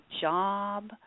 job